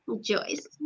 Joyce